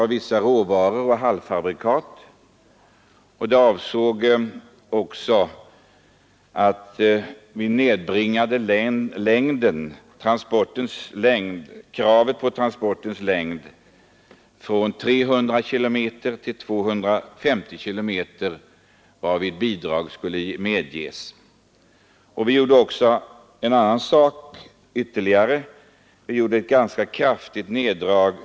Vi har ansett det nödvändigt att försöka åstadkomma ytterligare förbättringar.